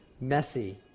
messy